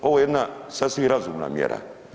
Ovo je jedna sasvim razumna mjera.